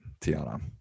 Tiana